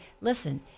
listen